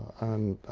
and